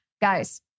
guys